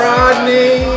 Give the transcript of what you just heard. Rodney